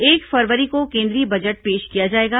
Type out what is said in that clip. एक फरवरी को केंद्रीय बजट पेश किया जाएगा